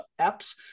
apps